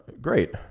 Great